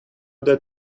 that